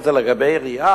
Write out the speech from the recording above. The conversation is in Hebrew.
בסיפא הרמת לי להנחתה,